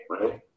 Right